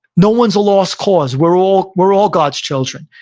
no one's a lost cause. we're all we're all god's children,